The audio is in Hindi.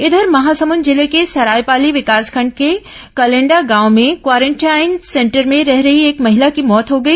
इधर महासमुंद जिले के सरायपाली विकासखंड के कलेंडा गांव भें क्वारेटाइन सेंटर में रह रही एक महिला की मौत हो गई